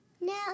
No